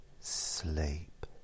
sleep